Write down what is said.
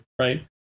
right